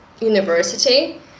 University